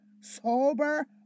Sober